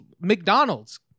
McDonald's